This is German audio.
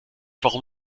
warum